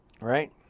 right